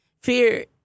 Fear